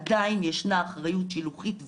עדיין ישנה אחריות שילוחית ואחרת,